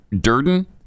Durden